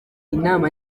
inama